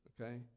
Okay